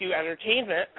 entertainment